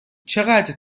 چقدر